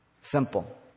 Simple